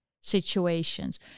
situations